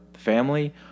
family